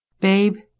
Babe